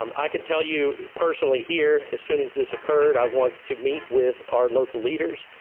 um i can tell you personally here, as soon as this occurred i want to meet with our local leaders.